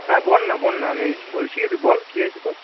হ্যাঁ বল না বল না আমি বলছি বল কী হয়েছে তোর